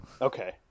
Okay